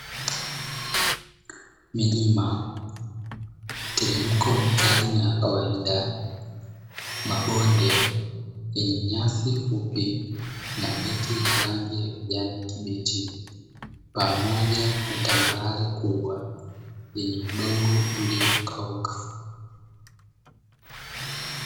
Milima, miteremko mikari na ya kawaida, mabonde yenye nyasi fupi na miti yenye rangi ya kijani kibichi pamoja na tambarare kubwa yenye udongo ulio kauka.